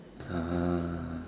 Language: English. ah